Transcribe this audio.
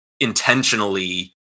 intentionally